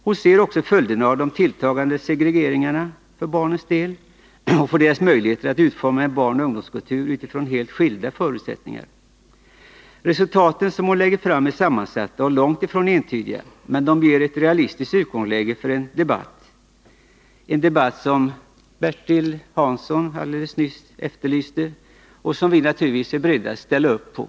Hon ser också följderna av de tilltagande segregeringarna för barnens del och för deras möjligheter att utforma en barnoch ungdomskultur utifrån helt skilda förutsättningar. De resultat hon lägger fram är sammansatta och långt ifrån entydiga, men de ger ett realistiskt utgångsläge för en debatt, en debatt som Bertil Hansson alldeles nyss efterlyste och som vi naturligtvis är beredda att ställa upp på.